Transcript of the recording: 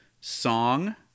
song